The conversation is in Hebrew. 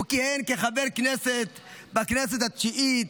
כיהן כחבר כנסת בכנסת התשיעית,